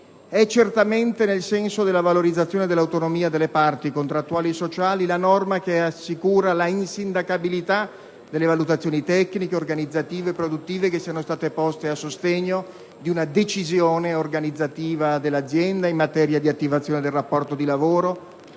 È certamente nel senso della valorizzazione dell'autonomia delle parti contrattuali e sociali la norma che assicura la insindacabilità delle valutazioni tecniche, organizzative e produttive poste a sostegno di una decisione organizzativa dell'azienda in materia di attivazione del rapporto di lavoro,